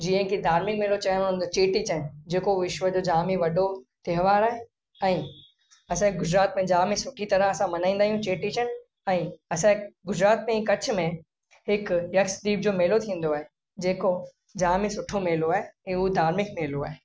जीअं कि धार्मिक मेलो चयण वञू त चेटीचंड जे को विश्व जो जाम ई वॾो त्योहार आहे ऐं असांजे गुजरात में जाम ई सुठी तरह सां मल्हाईंदा आहियूं चेटीचंड ऐं असांजे गुजरात में कच्छ में हिकु यक्षदीप जो मेलो थींदो आहे जे को जाम ई सुठो मेलो आहे ऐं हू धार्मिक मेलो आहे